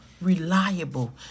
reliable